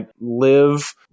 live